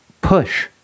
push